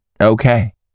okay